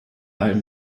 alten